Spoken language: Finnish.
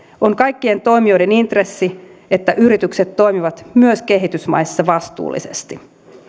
on kaikkien toimijoiden intressi että yritykset toimivat myös kehitysmaissa vastuullisesti